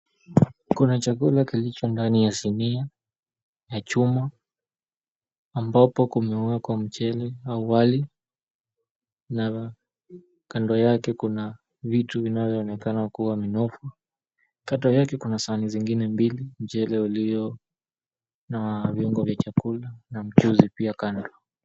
Kuna chakula kilicho ndani ya sinia ya chuma ambapo kumewekwa mchele au wali na kando yake kuna vitu vinavyoonekana kuwa ni minofu. Kando yake kuna sahani zengine mbili na mchele ulio na viungo vya chakula na mchuzi pia kando.